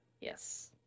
yes